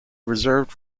reserve